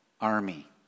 army